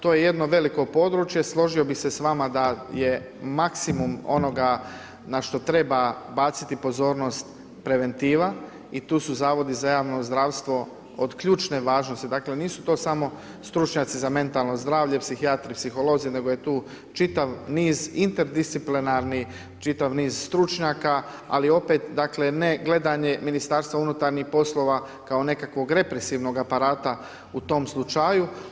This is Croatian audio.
To je jedno veliko područje, složio bi se s vama da je maksimum onoga na što treba baciti pozornost preventiva i tu su zavodi za javno zdravstvo od ključne važnosti, dakle nisu to samo stručnjaci za mentalno zdravlje, psihijatri, psiholozi nego je tu čitav niz interdisciplinarni, čitav niz stručnjaka ali opet dakle ne gledanje MUP-a kao nekakvog represivnog aparata u tom slučaju.